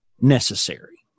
necessary